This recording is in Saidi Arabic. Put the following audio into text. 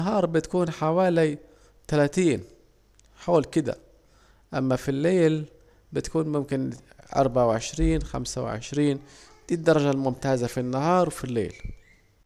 النهار بتكون حوالي تلاتين حول كده، أما في الليل بتكون اربعة وعشرين خمسة وعشرين، دي الدرجة الممتازة في النهار وفي الليل